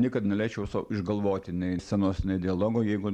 niekad neleisčiau sau išgalvoti nei scenos ne dialogo jeigu